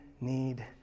need